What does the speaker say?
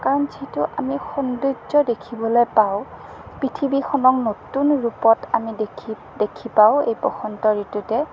কাৰণ যিটো আমি সৌন্দৰ্য দেখিবলৈ পাওঁ পৃথিৱীখনক নতুন ৰূপত আমি দেখি দেখি পাওঁ এই বসন্ত ঋতুতে